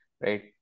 right